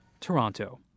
Toronto